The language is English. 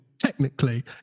technically